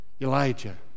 Elijah